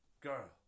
girl